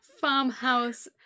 farmhouse